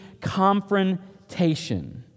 confrontation